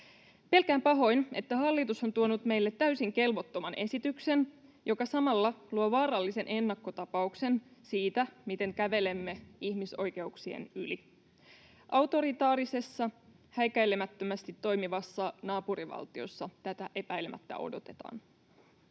Pelkään pahoin, että hallitus on tuonut meille täysin kelvottoman esityksen, joka samalla luo vaarallisen ennakkotapauksen siitä, miten kävelemme ihmisoikeuksien yli. Autoritaarisessa, häikäilemättömästi toimivassa naapurivaltiossa tätä epäilemättä odotetaan.